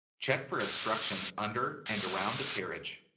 check for obstructions under and around the carriage.